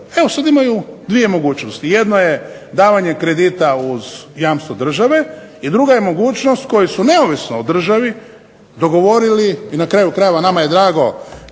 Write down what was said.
evo sada imaju dvije mogućnosti. Jedna je davanje kredita uz jamstvo države i druga je mogućnost koju su neovisno o državi dogovorili i na kraju krajeva nama je drago